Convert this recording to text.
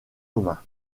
commun